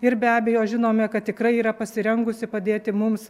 ir be abejo žinome kad tikrai yra pasirengusi padėti mums